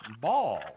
ball